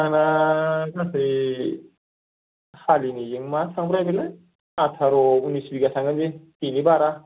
आंना गासै हालिनैजों मा थांब्रायबायलै आथार' अन्निस बिघा थांगोन बे बिनि बारा